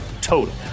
total